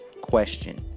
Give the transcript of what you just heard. question